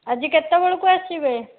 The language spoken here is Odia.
ଆଜି କେତେବେଳକୁ ଆସିବେ